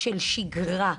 של שגרה,